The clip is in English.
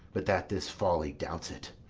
but that this folly douts it.